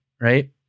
right